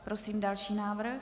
Prosím další návrh.